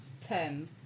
ten